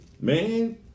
Man